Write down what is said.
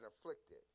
afflicted